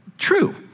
true